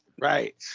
Right